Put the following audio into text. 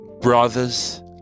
brothers